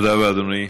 תודה רבה, אדוני.